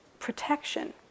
Protection